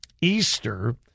Easter